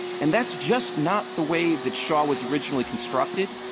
and that's just not the way that shaw was originally constructed.